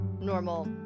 normal